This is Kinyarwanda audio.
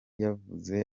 yavuye